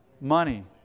Money